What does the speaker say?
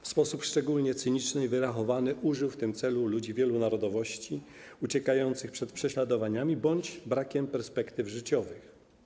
W sposób szczególnie cyniczny i wyrachowany użył w tym celu ludzi wielu narodowości, uciekających przed prześladowaniami bądź brakiem perspektyw życiowych.